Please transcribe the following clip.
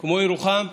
כמו ירוחם,